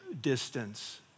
distance